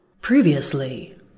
Previously